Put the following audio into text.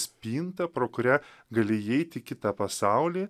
spinta pro kurią gali įeit į kitą pasaulį